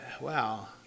Wow